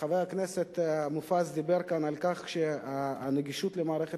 חבר הכנסת מופז דיבר כאן על כך שהנגישות למערכת